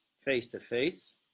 face-to-face